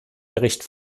bericht